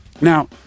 Now